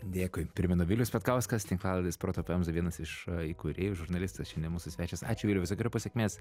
dėkui primenu vilius petkauskas tinklalaidės proto pemza vienas iš įkūrėjų žurnalistas šiandien mūsų svečias ačiū viliau visokeriopos sėkmės